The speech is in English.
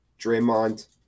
Draymond